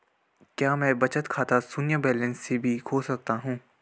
क्या मैं बचत खाता शून्य बैलेंस से भी खोल सकता हूँ?